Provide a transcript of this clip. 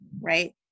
right